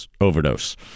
overdose